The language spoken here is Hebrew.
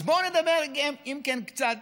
אז בואו נדבר, אם כן, קצת